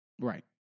Right